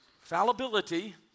Fallibility